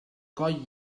coll